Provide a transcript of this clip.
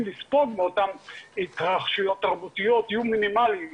לספוג מאותן התרחשויות תרבותיות יהיו מינימליים